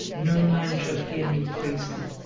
no man shall hear me praise thee.